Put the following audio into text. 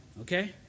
okay